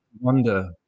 wonder